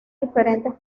diferentes